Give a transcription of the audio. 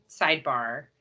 Sidebar